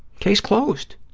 case closed.